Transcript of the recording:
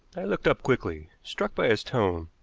i looked up quickly, struck by his tone.